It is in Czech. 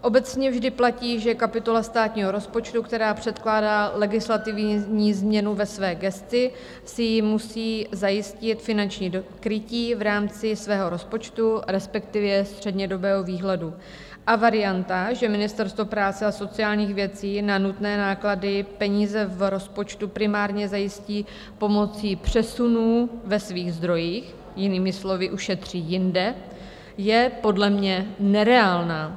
Obecně vždy platí, že kapitola státního rozpočtu, která předkládá legislativní změnu ve své gesci, si musí zajistit finanční krytí v rámci svého rozpočtu, respektive střednědobého výhledu, a varianta, že Ministerstvo práce a sociálních věcí na nutné náklady peníze v rozpočtu primárně zajistí pomocí přesunů ve svých zdrojích, jinými slovy, ušetří jinde, je podle mě nereálná.